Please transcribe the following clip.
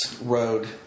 road